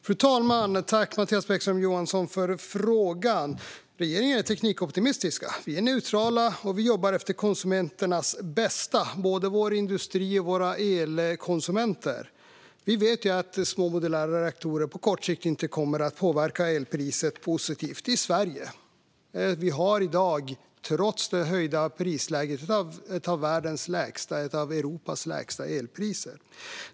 Fru talman! Tack, Mattias Bäckström Johansson, för frågan! Regeringen är teknikoptimistisk. Vi är neutrala och jobbar efter konsumenternas bästa, alltså både vår industri och våra elkonsumenter. Vi vet att små modulära reaktorer på kort sikt inte kommer att påverka elpriset positivt i Sverige. Vi har i dag, trots det höjda prisläget, ett av världens och Europas lägsta elpriser.